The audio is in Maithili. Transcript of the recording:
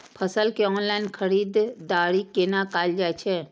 फसल के ऑनलाइन खरीददारी केना कायल जाय छै?